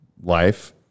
life